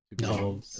No